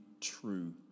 true